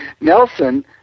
Nelson